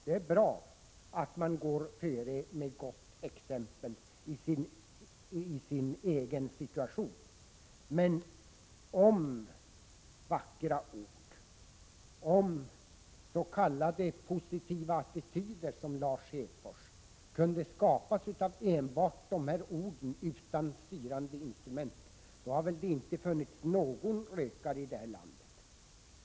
Det är bra att man går före med gott exempel i sin egen situation, men om s.k. positiva attityder, som Lars Hedfors menar, kunde skapas enbart av vackra ord, utan styrande instrument, hade det inte funnits någon rökare i det här landet.